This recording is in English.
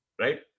right